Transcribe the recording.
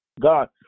God